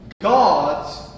God's